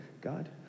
God